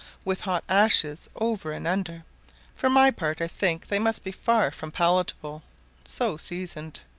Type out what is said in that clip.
with hot ashes over and under for my part i think they must be far from palatable so seasoned.